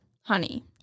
Honey